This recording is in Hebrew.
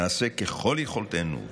נעשה ככל יכולתנו,